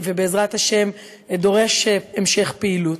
ובעזרת השם דורש המשך פעילות.